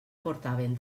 portaven